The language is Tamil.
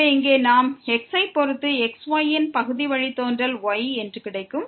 எனவே இங்கே x ஆப் x y பொறுத்ததான பகுதி வழித்தோன்றல் y என்று கிடைக்கும்